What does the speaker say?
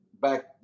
back